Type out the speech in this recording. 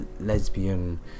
lesbian